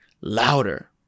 louder